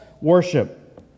worship